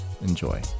Enjoy